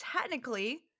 technically